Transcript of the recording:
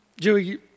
Joey